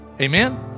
Amen